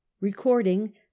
recording